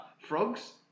Frogs